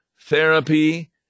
therapy